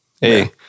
Hey